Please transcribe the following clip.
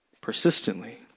persistently